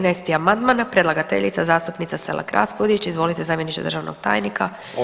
13. amandman, predlagateljicca zastupnica Selak Raspudić, izvolite zamjeniče državnog tajnika.